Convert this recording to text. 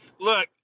Look